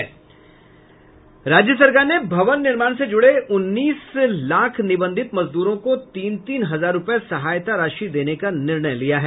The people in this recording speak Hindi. राज्य सरकार ने भवन निर्माण से जुड़े उन्नीस लाख निबंधित मजदूरों को तीन तीन हजार रूपये सहायता राशि देने का निर्णय लिया है